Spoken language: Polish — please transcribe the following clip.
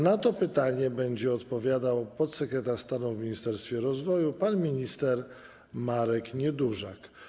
Na to pytanie będzie odpowiadał podsekretarz stanu w Ministerstwie Rozwoju pan minister Marek Niedużak.